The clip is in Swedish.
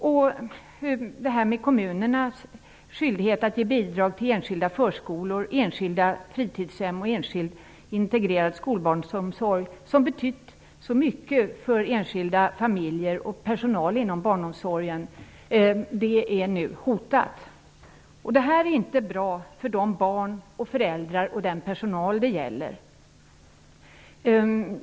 Detta med kommunernas skyldighet att ge bidrag till enskilda förskolor, till enskilda fritidshem och till enskild integrerad skolbarnsomsorg har betytt så mycket för enskilda familjer och för personal inom barnomsorgen. Nu är dessa bidrag hotade. Detta är inte bra för de barn, de föräldrar och för den personal som det gäller.